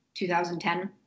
2010